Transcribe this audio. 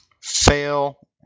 Fail